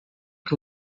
que